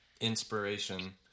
inspiration